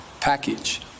package